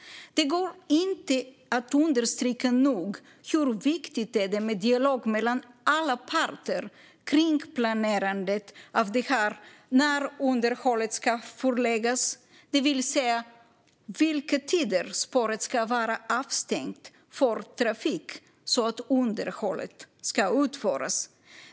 Det går inte att nog understryka hur viktigt det är med dialog mellan alla parter för planerandet av när underhållet ska utföras, det vill säga vilka tider spåret ska vara avstängt för trafik så att underhållet kan utföras.